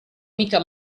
mica